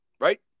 Right